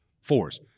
force